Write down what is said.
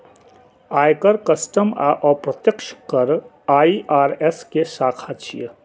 आयकर, कस्टम आ अप्रत्यक्ष कर आई.आर.एस के शाखा छियै